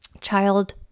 child